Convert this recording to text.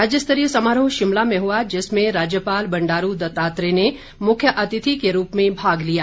राज्यस्तरीय समारोह शिमला में हुआ जिसमें राज्यपाल बंडारू दत्तात्रेय ने मुख्य अतिथि के रूप में भाग लिया